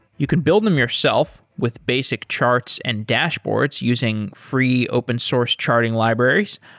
you can build them yourself with basic charts and dashboards using free open source charting libraries,